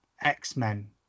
X-Men